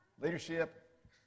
leadership